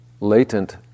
latent